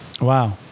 Wow